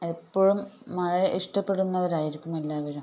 എപ്പോഴും മഴയെ ഇഷ്ടപെടുന്നവരായിരിക്കും എല്ലാവരും